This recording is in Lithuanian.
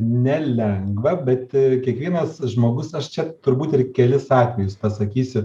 nelengva bet kiekvienas žmogus aš čia turbūt ir kelis atvejus pasakysiu